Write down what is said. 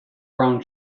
brown